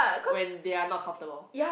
when they are not comfortable